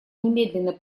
немедленно